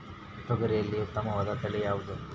ತೊಗರಿಯಲ್ಲಿ ಉತ್ತಮವಾದ ತಳಿ ಯಾವುದು?